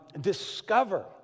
discover